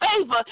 favor